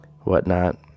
whatnot